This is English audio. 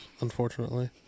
unfortunately